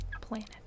Planet